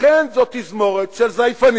לכן, זאת תזמורת של זייפנים,